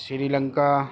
Sri Lanka